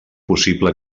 possible